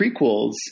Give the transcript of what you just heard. prequels